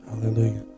hallelujah